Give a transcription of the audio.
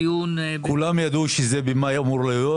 כולם ידעו שבמאי זה אמור להיות.